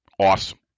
Awesome